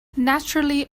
naturally